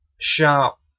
sharp